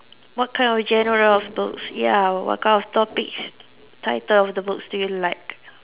what kind of genre of books ya what kind of topics title of the books do you like